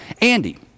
Andy